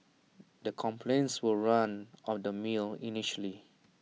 the complaints were run of the mill initially